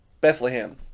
Bethlehem